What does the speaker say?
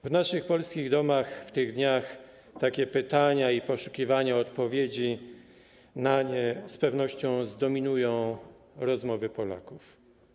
W naszych polskich domach w tych dniach takie pytania i poszukiwanie odpowiedzi na nie z pewnością zdominują rozmowy Polaków.